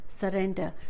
Surrender